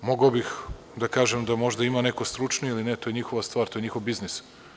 Mogao bih da kažem da možda ima neko stručniji ili ne, to je njihova stvar, to je njihov biznis.